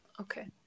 Okay